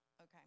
Okay